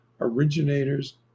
originators